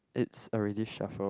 it's already shuffle